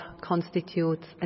constitutes